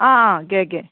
आं आं गे गे